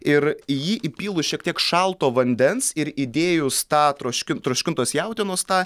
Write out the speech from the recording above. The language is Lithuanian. ir į jį įpylus šiek tiek šalto vandens ir įdėjus tą troškin troškintos jautienos tą